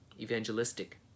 evangelistic